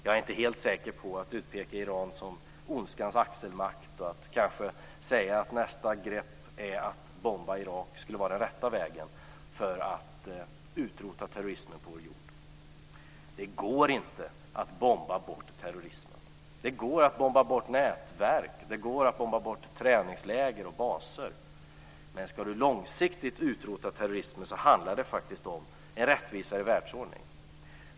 Jag är inte helt säker på att man kan utpeka Iran som ondskans axelmakt och att säga att det skulle vara den rätta vägen att bomba Irak för att utrota terrorismen på vår jord. Det går inte att bomba bort terrorismen. Det går att bomba bort nätverk, träningsläger och baser, men om man långsiktigt ska utrota terrorismen handlar det faktiskt om en rättvisare världsordning.